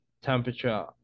temperature